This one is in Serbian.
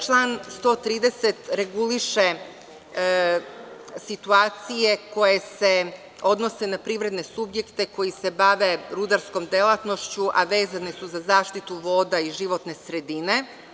Član 130. reguliše situacije koje se odnose na privredne subjekte koji se bave rudarskom delatnošću, a vezani su za zaštitu voda i životnu sredinu.